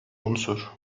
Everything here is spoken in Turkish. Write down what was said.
unsur